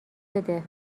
بده